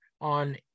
on